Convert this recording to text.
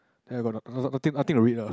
then I got I got nothing to read lah